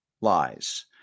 lies